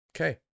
okay